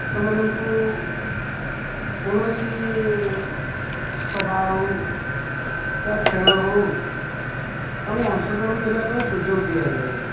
ସେମାନଙ୍କୁ କୌଣସି ସଭା ହଉ ବା ଖେଳ ହଉ ତାଙ୍କୁ ଅଂଶଗ୍ରହଣ କରିବା ପାଇଁ ସୁଯୋଗ ଦିଆଯାଏନି